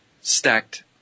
stacked